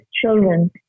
children